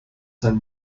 sein